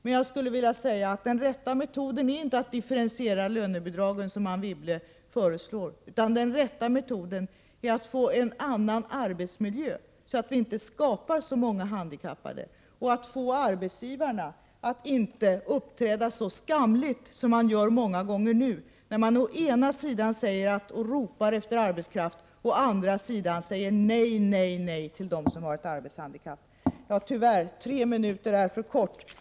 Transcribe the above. Men den rätta metoden är inte att differentiera lönebidragen, som Anne Wibble föreslår, utan den rätta metoden är att få en annan arbetsmiljö, så att vi inte skapar så många handikappade, och att få arbetsgivarna att inte uppträda så skamligt som de gör många gånger nu, när de å ena sidan ropar efter arbetskraft och å andra sidan säger nej, nej till dem som har ett arbetshandikapp. Tyvärr, tre minuter är för kort.